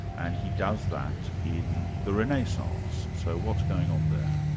and he does that in the renaissance. so what's going on there?